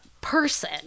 person